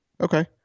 Okay